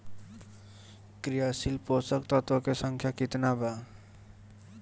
क्रियाशील पोषक तत्व के संख्या कितना बा?